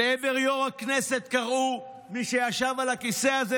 לעבר יו"ר הכנסת, מי שישב על הכיסא הזה,